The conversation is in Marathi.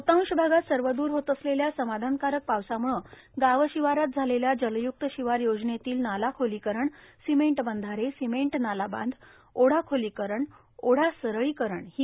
बहतांश भागात सर्वद्र होत असलेल्या समाधानकारक पावसाम्के गाव शिवारात झालेल्या जलय्क्त शिवार योजनेतील नाला खोलीकरण सिमेंट बंधारे सिमेंट नालाबांध ओढा खोलीकरण ओढा सरळीकरण सी